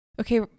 Okay